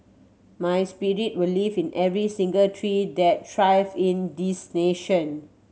my spirit will live in every single tree that thrives in this nation